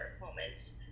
moments